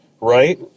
right